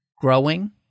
growing